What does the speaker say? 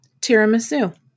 Tiramisu